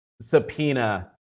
subpoena